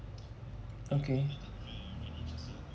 okay